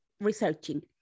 researching